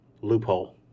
loophole